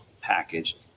package